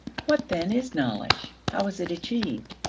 what, then, is knowledge? how is it achieved?